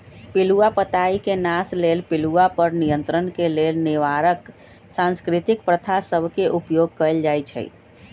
पिलूआ पताई के नाश लेल पिलुआ पर नियंत्रण के लेल निवारक सांस्कृतिक प्रथा सभ के उपयोग कएल जाइ छइ